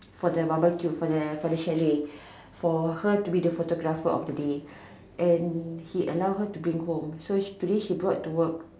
for the barbecue for the for the chalet for her to be the photographer of the day and he allow her to bring home so today she brought to work